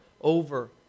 over